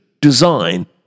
design